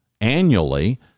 annually